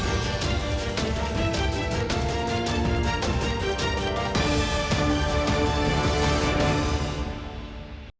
Дякую.